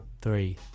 Three